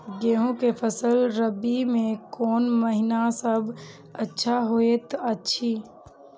गेहूँ के फसल रबि मे कोन महिना सब अच्छा होयत अछि?